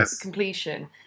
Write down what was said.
completion